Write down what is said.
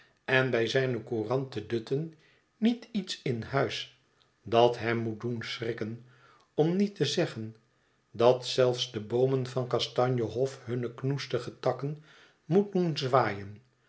en bij zijne courant te dutten niet iets in huis dat hem moet doen schrikken om niet te zeggen dat zelfs de boomen van kastanje hof hunne knoestige takken moet doen zwaaien